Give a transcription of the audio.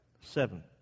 seven